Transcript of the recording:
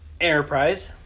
Enterprise